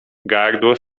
gardło